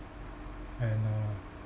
and uh